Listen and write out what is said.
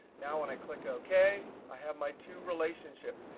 now when i click ok, i have my two relationships.